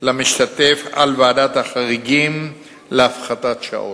למשתתף על ועדת החריגים להפחתת שעות,